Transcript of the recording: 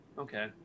Okay